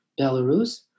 Belarus